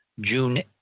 June